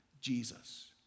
Jesus